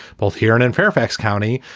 both here and in fairfax county,